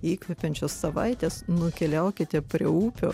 įkvepiančios savaitės nukeliaukite prie upių